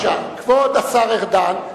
כבוד השר ארדן,